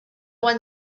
one